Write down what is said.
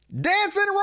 Dancing